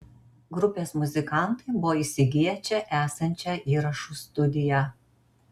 grupės muzikantai buvo įsigiję čia esančią įrašų studiją